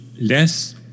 less